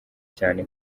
cyane